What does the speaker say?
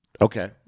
Okay